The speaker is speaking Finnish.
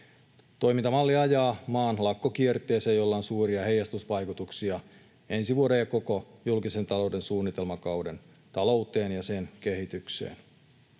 Toimintamalli ajaa maan lakkokierteeseen, jolla on suuria heijastusvaikutuksia ensi vuoden ja koko julkisen talouden suunnitelmakauden talouteen ja sen kehitykseen.